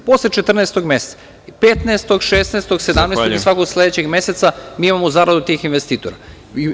Posle 14 meseca, 15, 16, 17 i svakog sledećeg meseca mi imamo zaradu od tih investitora.